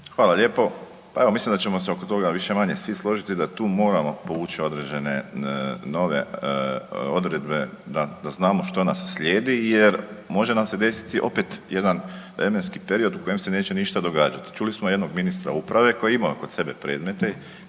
Hvala lijepo. Pa evo, mislim da ćemo se oko toga više-manje svi složiti da tu moramo povući određene nove odredbe da znamo što nas slijedi jer može nam se desiti opet jedan vremenski period u kojem se neće ništa događati. Čuli smo jednog ministra uprave koji je imao kod sebe predmete